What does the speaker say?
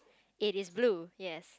it is blue yes